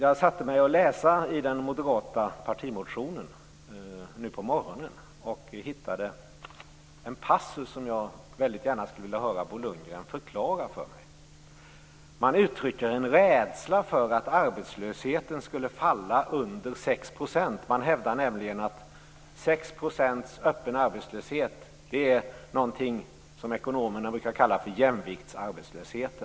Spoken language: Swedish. I morse läste jag den moderata partimotionen och hittade då en passus som jag väldigt gärna skulle vilja få förklarad av Bo Lundgren. Man uttrycker en rädsla för att arbetslösheten faller under 6 %. Man hävdar nämligen att 6 % öppen arbetslöshet är något som ekonomerna brukar kalla för jämviktsarbetslöshet.